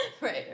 Right